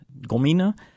gomina